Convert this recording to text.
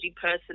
person